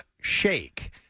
Shake